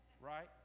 right